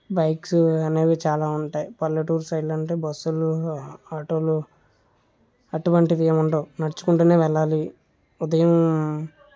bikes అనేవి చాలా ఉంటాయి పల్లెటూరు సైడ్ అయితే బస్సులు ఆటోలు అటువంటివి ఏముండవు నడుచుకుంటూనే వెళ్లాలి ఉదయం